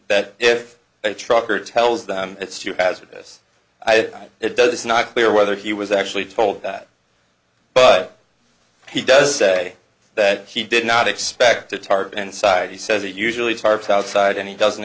that if a trucker tells them it's too hazardous i did it does not clear whether he was actually told that but he does say that he did not expect a target inside he says it usually starts outside and he doesn't